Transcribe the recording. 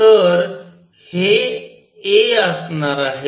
तर हे a असणार आहे